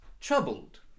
troubled